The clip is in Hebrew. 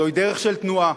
זוהי דרך של תנועה,